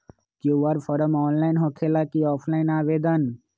QR form online होकेला कि offline आवेदन?